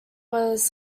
was